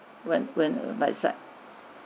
when when err that side